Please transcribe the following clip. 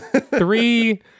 three